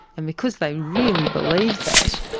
and because they really believe that,